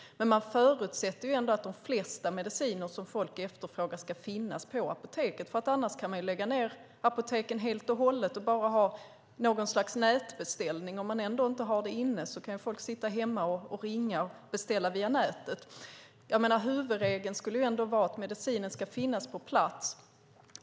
Det förutsätts dock att de flesta mediciner som folk efterfrågar ska finnas på apoteken, för annars kan man lägga ned apoteken helt och bara ha något slags nätbeställning. Om apoteken ändå inte har medicinerna inne kan folk sitta hemma och beställa via nätet. Huvudregeln är att medicinen ska finnas på plats.